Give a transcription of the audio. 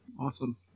Awesome